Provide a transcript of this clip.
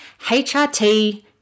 HRT